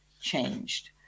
changed